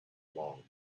along